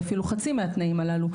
אפילו חצי מהתנאים הללו,